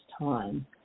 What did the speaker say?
time